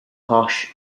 posh